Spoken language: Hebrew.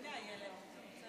איילת.